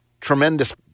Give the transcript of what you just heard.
tremendous